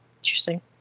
Interesting